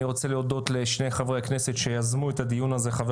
אני רוצה להודות לשני חברי הכנסת שיזמו את הדיון הזה: חבר